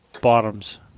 bottoms